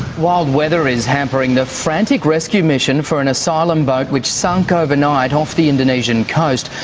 wild weather is hampering the frantic rescue mission for an asylum boat which sunk overnight off the indonesian coast.